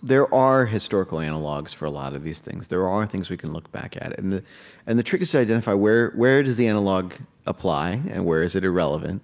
there are historical analogs for a lot of these things. there are things we can look back at. and and the trick is to identify, where where does the analog apply? and where is it irrelevant?